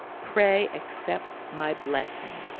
pray accept my blessing!